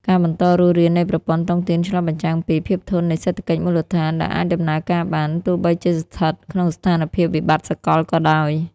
ការបន្តរស់រាននៃប្រព័ន្ធតុងទីនឆ្លុះបញ្ចាំងពី "ភាពធន់នៃសេដ្ឋកិច្ចមូលដ្ឋាន" ដែលអាចដំណើរការបាន ទោះបីជាស្ថិតក្នុងស្ថានភាពវិបត្តិសកលក៏ដោយ។